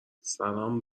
سلام